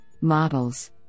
models